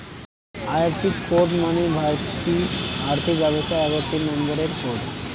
IFC code মানে ভারতীয় আর্থিক ব্যবস্থার এগারোটি নম্বরের কোড